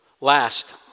last